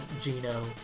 Gino